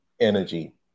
energy